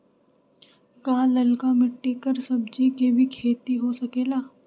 का लालका मिट्टी कर सब्जी के भी खेती हो सकेला?